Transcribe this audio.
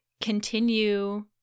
continue